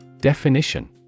Definition